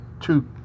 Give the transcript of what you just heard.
two